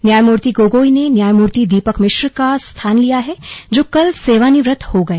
न्यायमूर्ति गोगोई ने न्यायमूर्ति दीपक मिश्र का स्थान लिया है जो कल सेवानिवृत हो गए